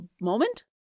moment